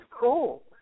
cool